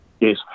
Yes